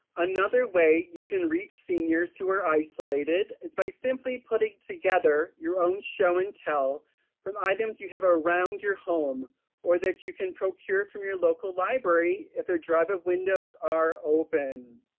another way you can reach seniors who are isolated is by simply putting together your own show and tell from items you have around your home or that you can procure from your local library if their drive-up windows are open.